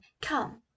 come